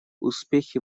успехи